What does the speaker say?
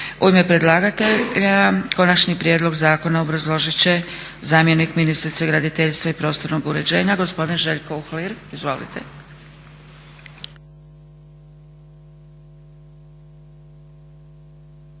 U ime predlagatelja konačni prijedlog zakona obrazložiti će zamjenik ministrice graditeljstva i prostornog uređenja gospodin Željko Uhlir. Izvolite.